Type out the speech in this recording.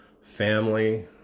family